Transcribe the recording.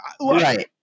Right